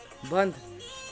بنٛد